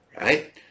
right